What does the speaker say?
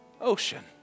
ocean